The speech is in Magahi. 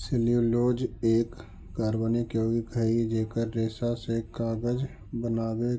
सेल्यूलोज एक कार्बनिक यौगिक हई जेकर रेशा से कागज बनावे